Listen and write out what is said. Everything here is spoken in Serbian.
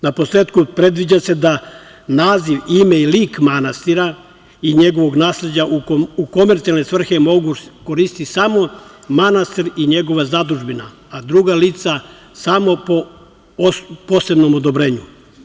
Naposletku, predviđa se da naziv, ime i lik manastira i njegovog nasleđa u komercijalne svrhe mogu koristiti samo manastir i njegova zadužbina, a druga lica samo po posebnom odobrenju.